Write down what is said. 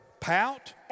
Pout